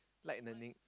like learning